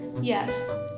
Yes